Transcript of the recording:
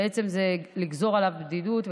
זה בעצם לגזור עליו בדידות,